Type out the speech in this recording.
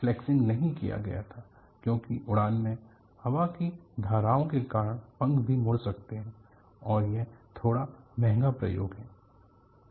flexing नहीं किया गया था क्योंकि उड़ान में हवा की धाराओं के कारण पंख भी मुड़ सकते हैं और यह थोड़ा महंगा प्रयोग है